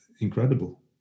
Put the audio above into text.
incredible